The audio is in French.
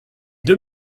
deux